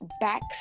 back